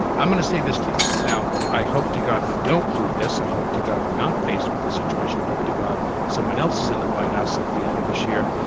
i'm going to say this to you now. i hope to god we don't do this. i hope to god we're not faced with the situation. hope to god someone else is in the white house. at the end of this year.